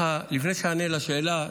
לפני שאענה על השאלה,